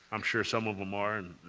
i'm sure some of them are, and